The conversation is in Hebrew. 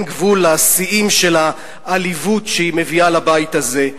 גבול לשיאים של העליבות שהיא מביאה לבית הזה.